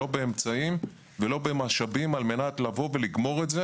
לא באמצעים ולא במשאבים על מנת לסיים את זה